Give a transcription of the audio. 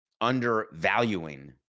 undervaluing